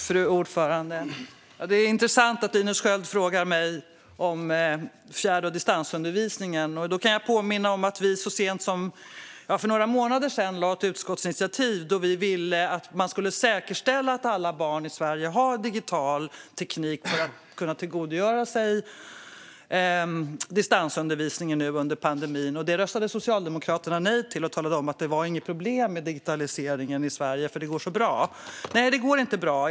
Fru talman! Det är intressant att Linus Sköld frågar mig om fjärr och distansundervisningen. Jag kan påminna om att vi så sent som för några månader sedan lade fram förslag om ett utskottsinitiativ där vi ville att man skulle säkerställa att alla barn i Sverige har digital teknik för att kunna tillgodogöra sig distansundervisningen nu under pandemin. Det röstade Socialdemokraterna nej till, och de talade om att det inte var något problem med digitaliseringen i Sverige, för det går så bra. Nej, det går inte bra.